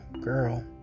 girl